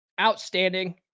outstanding